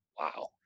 wow